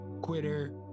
quitter